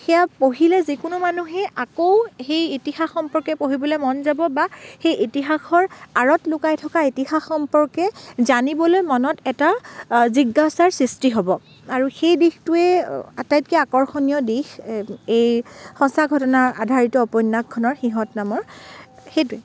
সেয়া পঢ়িলে যিকোনো মানুহেই আকৌ সেই ইতিহাস সম্পৰ্কে পঢ়িবলৈ মন যাব বা সেই ইতিহাসৰ আঁৰত লুকাই থকা ইতিহাস সম্পৰ্কে জানিবলৈ মনত এটা জিজ্ঞাসাৰ সৃষ্টি হ'ব আৰু সেই দিশটোৱেই আটাইতকে আকৰ্ষণীয় দিশ এই সঁচা ঘটনাৰ আধাৰিত উপন্যাসখনৰ সিহঁত নামৰ সেইটোৱেই